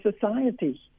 society